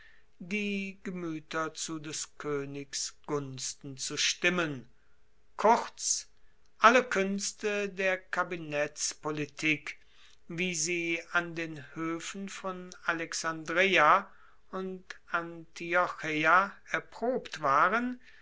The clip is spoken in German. die gemueter zu des koenigs gunsten zu stimmen kurz alle kuenste der kabinettspolitik wie sie an den hoefen von alexandreia und antiocheia erprobt waren